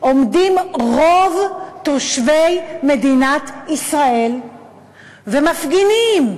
עומדים רוב תושבי מדינת ישראל ומפגינים.